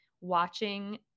watching